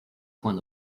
point